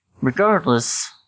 Regardless